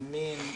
מין ולאום.